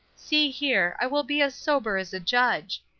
see here, i will be as sober as a judge.